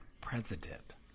president